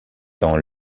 dans